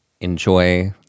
enjoy